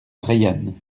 reillanne